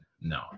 No